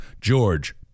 George